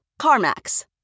CarMax